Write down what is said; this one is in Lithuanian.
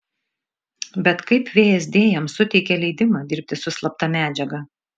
bet kaip vsd jam suteikė leidimą dirbti su slapta medžiaga